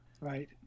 Right